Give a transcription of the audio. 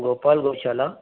Gopal Gaushala